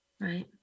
right